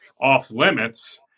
off-limits